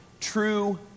true